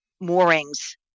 moorings